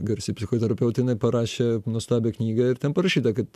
garsi psichoterapeutė jinai parašė nuostabią knygą ir ten parašyta kad